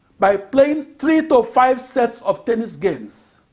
by playing three to five sets of tennis games.